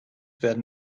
werden